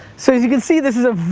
so as you can see, this is a